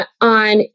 On